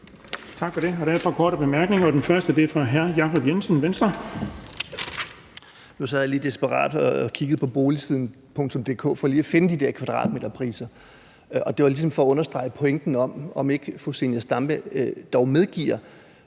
Tak for det. Der er et par korte bemærkninger, og den første er fra hr. Jacob Jensen, Venstre. Kl. 13:20 Jacob Jensen (V): Nu sad jeg lige desperat og kiggede på boligsiden.dk for lige at finde de der kvadratmeterpriser, og det var ligesom for at understrege pointen om, om ikke fru Zenia Stampe dog medgiver,